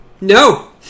no